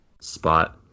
spot